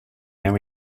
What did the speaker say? now